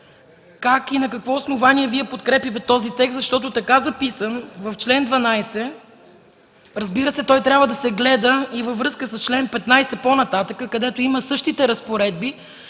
как и на какво основание подкрепяте този текст, защото така записан в чл. 12, който, разбира се, трябва да се гледа и във връзка с чл. 15 по-нататък, където има същите разпоредби,